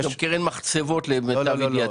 יש גם קרן מחצבות למיטב ידיעתי.